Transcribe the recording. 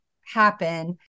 happen